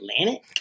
Atlantic